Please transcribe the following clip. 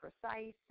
precise